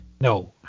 No